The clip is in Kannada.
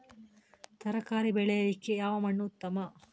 ತರಕಾರಿ ಬೆಳೆಯಲಿಕ್ಕೆ ಯಾವ ಮಣ್ಣು ಉತ್ತಮ?